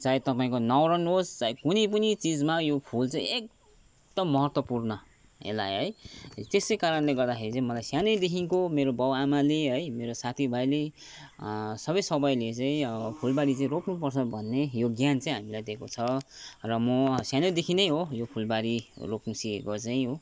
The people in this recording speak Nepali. चाहे तपाईँको न्वारान होस् चाहे कुनै पनि चिजमा यो फुल चाहिँ एकदम महत्त्वपूर्ण यसलाई है त्यसै कारणले गर्दाखेरि चाहिँ मलाई सानैदेखिको मेरो बाउ आमाले है मेरो साथी भाइले सबै सबैले चै फुलबारी चै रोप्नुपर्छ भन्ने यो ज्ञान चाहिँ हामीलाई दिएको छ र म सानैदेखि नै हो यो फुलबारी रोप्नु सिकेको चाहिँ हो